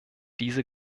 diese